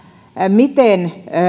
miten